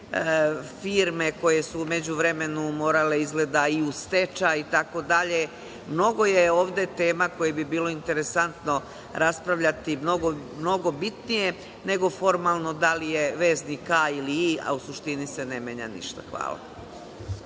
firme koje su u međuvremenu izgleda morale i u stečaj, itd. Mnogo je ovde tema koje bi bilo interesantno raspravljati, mnogo bitnije, nego formalno da li je veznik „a“ ili „i“, a u suštini se ne menja ništa. Hvala.